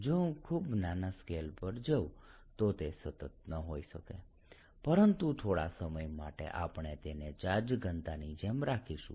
જો હું ખૂબ નાના સ્કેલ પર જઉં તો તે સતત ન હોઈ શકે પરંતુ થોડા સમય માટે આપણે તેને ચાર્જ ઘનતાની જેમ રાખીશું